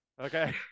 Okay